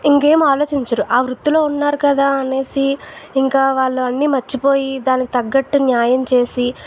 ఇంకా ఏమి ఆలోచించరు ఆ వృత్తిలో ఉన్నారు కదా అనే ఇంకా వాళ్ళు అన్ని మర్చిపోయి దానికి తగట్టు న్యాయం చేసి